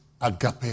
agape